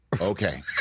Okay